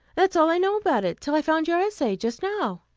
that is all i know about it, till i found your essay just now.